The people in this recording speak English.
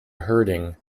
herding